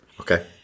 Okay